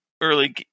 early